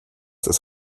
das